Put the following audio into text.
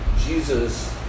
Jesus